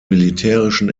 militärischen